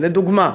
לדוגמה,